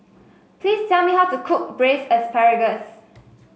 please tell me how to cook Braised Asparagus